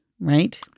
Right